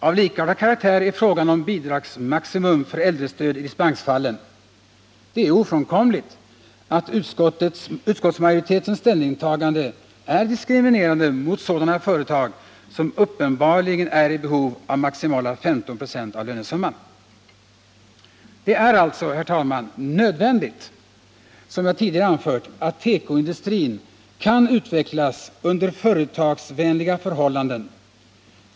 Av likartad karaktär är frågan om bidragsmaximum för äldrestöd i dispensfallen. Det är ofrånkomligt att utskottsmajoritetens ställningstagande är diskriminerande mot sådana företag som uppenbarligen är i behov av maximala 15 96 av lönesumman i bidrag. Herr talman! Som jag tidigare anfört är det alltså nödvändigt att tekoindustrin kan utvecklas under företagsvänliga förhållanden.